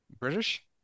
british